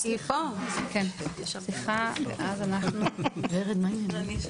רוצה להציג את העמדה של